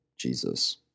Jesus